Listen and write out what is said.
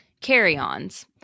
carry-ons